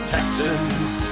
Texans